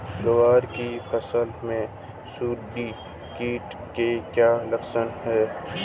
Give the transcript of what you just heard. ग्वार की फसल में सुंडी कीट के क्या लक्षण है?